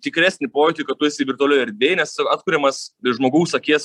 tikresnį pojūtį kad tu esi virtualioj erdvėj nes atkuriamas žmogaus akies